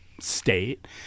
state